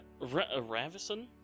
Ravison